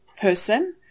person